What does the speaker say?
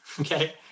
Okay